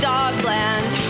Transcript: Dogland